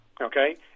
Okay